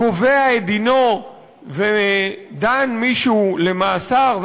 קובע את דינו ודן מישהו למאסר,